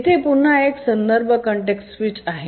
येथे पुन्हा एक संदर्भ कॅन्टेक्सट स्विच आहे